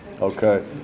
okay